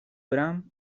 bram